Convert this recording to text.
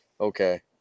Okay